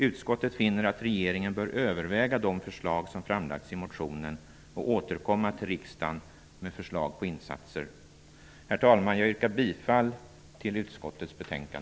Utskottet finner att regeringen bör överväga de förslag som framläggs i motionen och återkomma till riksdagen med förslag om insatser. Herr talman! Jag yrkar bifall till utskottets hemställan.